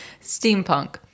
steampunk